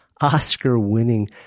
Oscar-winning